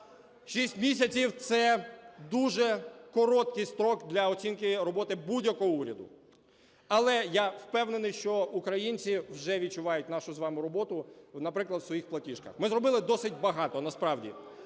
Шість місяців – це дуже короткий строк для оцінки роботи будь-якого уряду. Але я впевнений, що українці вже відчувають нашу з вами роботу, наприклад, у своїх платіжках. Ми зробили досить багато насправді.